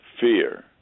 fear